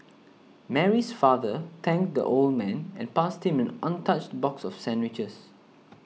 Mary's father thanked the old man and passed him an untouched box of sandwiches